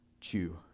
chew